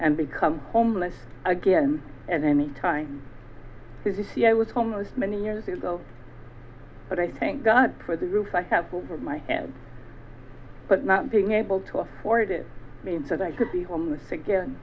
and become homeless again at any time because you see i was homeless many years ago but i think god for the roof i have over my head but not being able to afford it means that i could be homeless